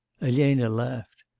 elena laughed.